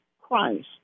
Christ